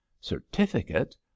Certificate